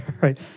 Right